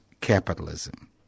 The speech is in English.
capitalism